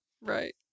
Right